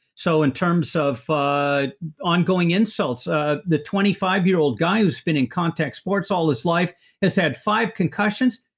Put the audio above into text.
so in terms of ongoing insults. ah the twenty five year old guy who's been in context sports all his life has had five concussions,